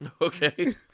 Okay